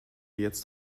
jetzt